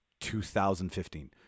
2015